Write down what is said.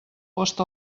post